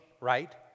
right